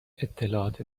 اطلاعات